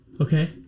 Okay